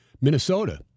Minnesota